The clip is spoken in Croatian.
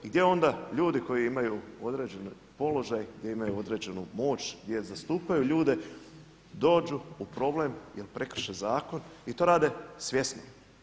Gdje onda ljudi koji imaju određeni položaj, gdje imaju određenu moć, gdje zastupaju ljude dođu u problem jer prekrše zakon i to rade svjesno.